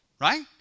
Right